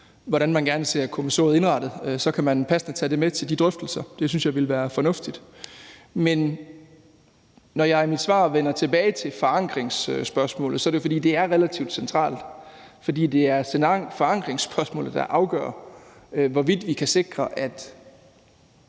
hvordan man gerne ser kommissoriet indrettet, så kan man passende tage det med til de drøftelser. Det synes jeg ville være fornuftigt. Men når jeg i mit svar vender tilbage til forankringsspørgsmålet, er det, fordi det er relativt centralt. For det er forankringsspørgsmålet, der afgør, hvorvidt vi kan sikre, at